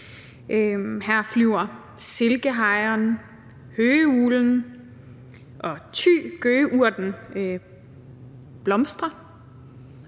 Her flyver silkehejren og gøgeuglen, og Thygøgeurten blomstrer,